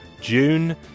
June